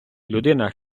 людина